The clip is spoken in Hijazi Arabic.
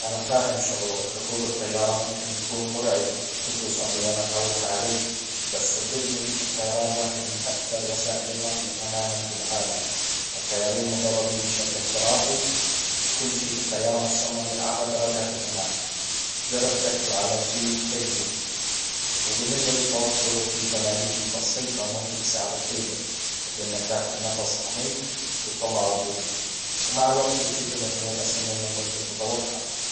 انا فاهم شعورك ركوب الطيارة ممكن يكون مرعب خصوصا اذا ما تعودت عليه بس صدجني الطيران واحد من اكثر وسائل النقل امانا في العالم الطيارين مدربين بشكل احترافي وكل شيء في الطيارة مصمم لاعلى درجات الامان جرب تركز على شي تحبه وبالنسبة للتوتر في تمارين بسيطة ممكن تساعدك تهدأ متل انك تاخد نفس عميق وتطلعه ببطء ومع الوقت بتشوف ان الامور اسهل مما كنت تتوقع.